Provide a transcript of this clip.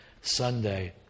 Sunday